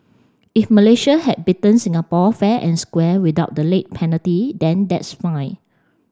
if Malaysia had beaten Singapore fair and square without the late penalty then that's fine